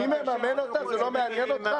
מי מממן אותה זה לא מעניין אותך?